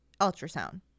ultrasound